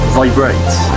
vibrates